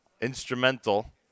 instrumental